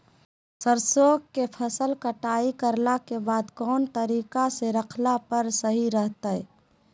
सरसों के फसल कटाई करला के बाद कौन तरीका से रखला पर सही रहतय?